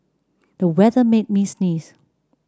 the weather made me sneeze